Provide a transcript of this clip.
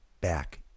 back